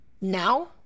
Now